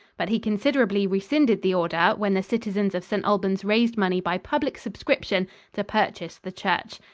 but he considerately rescinded the order when the citizens of st. albans raised money by public subscription to purchase the church.